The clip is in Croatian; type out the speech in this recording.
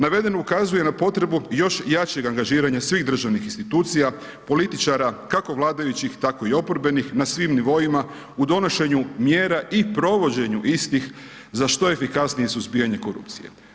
Navedeno ukazuje na potrebu još jačeg angažiranja svih državnih institucija, političara, kako vladajućih, tako i oporbenih, na svim nivoima, u donošenju mjera i provođenju istih, za što efikasnije suzbijanje korupcije.